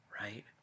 right